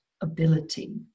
ability